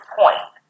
point